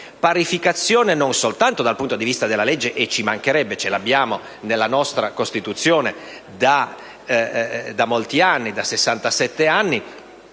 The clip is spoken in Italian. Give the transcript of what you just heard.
uomo e donna non soltanto dal punto di vista della legge - e ci mancherebbe: ce l'abbiamo nella nostra Costituzione da 65 anni - ma anche